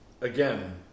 Again